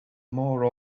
more